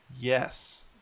yes